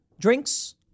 drinks